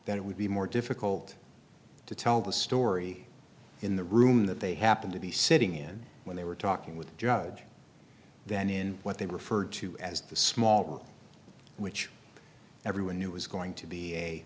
that it would be more difficult to tell the story in the room that they happened to be sitting in when they were talking with judge than in what they referred to as the small which everyone knew was going to be a